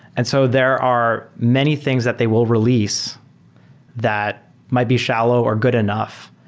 and so there are many things that they will release that might be shallow or good enough,